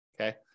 okay